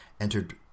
entered